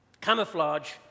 Camouflage